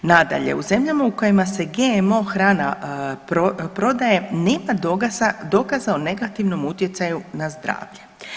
Nadalje, u zemljama u kojima se GMO hrana prodaje nema dokaza o negativnom utjecaju na zdravlje.